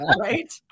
Right